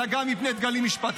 אלא גם מפני דגלים משפטיים.